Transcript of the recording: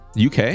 UK